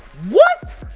what?